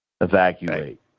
Evacuate